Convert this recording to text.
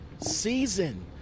season